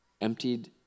Emptied